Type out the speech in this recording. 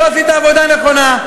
לא עשית עבודה נכונה.